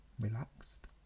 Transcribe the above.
relaxed